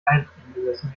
alteingesessene